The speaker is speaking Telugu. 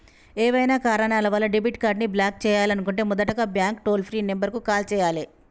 ఏవైనా కారణాల వలన డెబిట్ కార్డ్ని బ్లాక్ చేయాలనుకుంటే మొదటగా బ్యాంక్ టోల్ ఫ్రీ నెంబర్ కు కాల్ చేయాలే